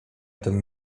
tym